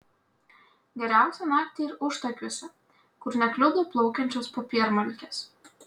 geriausia naktį ir užtakiuose kur nekliudo plaukiančios popiermalkės